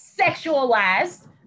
sexualized